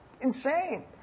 insane